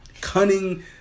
cunning